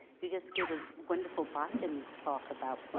you just gave a wonderful baucan talk about